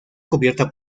cubierta